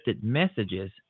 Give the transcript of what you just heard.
messages